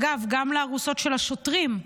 אגב, גם הארוסות של השוטרים,